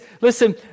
Listen